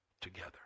together